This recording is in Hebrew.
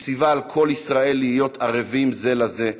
הוא ציווה על כל ישראל להיות ערבים זה לזה.